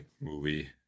movie